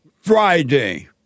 Friday